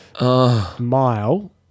mile